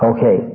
Okay